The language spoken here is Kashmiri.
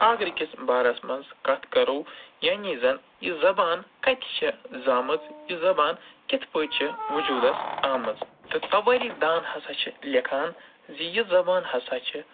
آگرٕ کِس بارَس منٛز کَتھ کرو یعنی زَن یہِ زَبان کَتہِ چھےٚ زامٕژ یہِ زَبان کِتھۍ پٲٹھۍ چھےٚ وجوٗدَس آمٕژ تہٕ توٲریخ دان ہسا چھِ لٮ۪کھان زِ یہِ زَبان ہسا چھِ